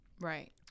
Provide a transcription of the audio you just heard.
Right